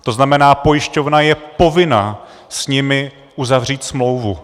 To znamená, pojišťovna je povinna s nimi uzavřít smlouvu.